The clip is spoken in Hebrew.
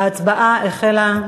ההצבעה החלה.